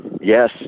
Yes